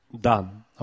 Done